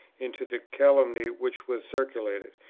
into the calumny which was circulated,